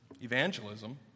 evangelism